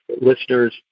listener's